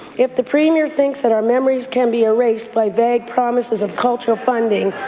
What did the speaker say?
if the premier thinks that our memories can be erased by vague promises of cultural funding,